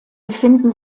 befinden